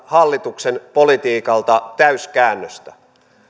hallituksen politiikalta täyskäännöstä